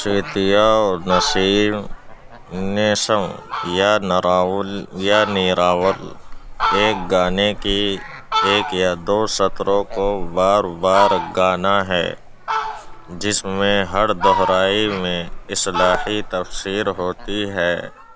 شیتیا اور نیسم نیسوں یا نراول یا نیراول ایک گانے کی ایک یا دو سطروں کو بار بار گانا ہے جس میں ہر دہرائی میں اصلاحی تفسیر ہوتی ہے